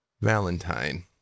Valentine